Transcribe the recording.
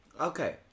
Okay